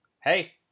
hey